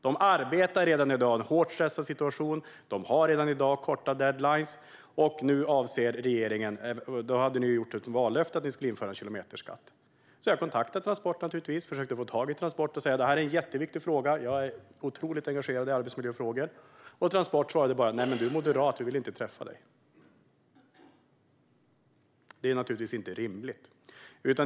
De arbetade redan i en hårt stressad situation med korta deadliner, och regeringen hade som vallöfte att införa en kilometerskatt. Jag kontaktade Transport och sa att detta var en viktig fråga och att jag var mycket engagerad i arbetsmiljöfrågor, och Transport svarade: Du är moderat, så vi vill inte träffa dig. Det är givetvis inte rimligt.